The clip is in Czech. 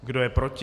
Kdo je proti?